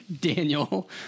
Daniel